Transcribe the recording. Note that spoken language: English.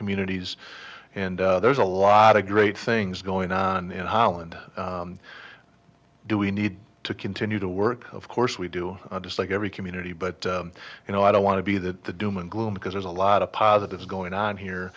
communities and there's a lot of great things going on in holland do we need to continue to work of course we do just like every community but you know i don't want to be that the doom and gloom because there's a lot of positives going on here